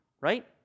Right